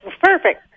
Perfect